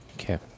Okay